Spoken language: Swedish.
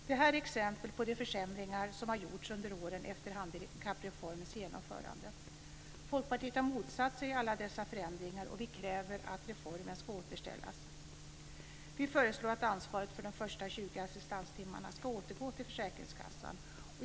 Det här är exempel på de försämringar som har gjorts under åren efter handikappreformens genomförande. Folkpartiet har motsatt sig alla dessa förändringar, och vi kräver att reformen ska återställas. Vi föreslår att ansvaret för de första 20 assistanstimmarna ska återgå till försäkringskassan.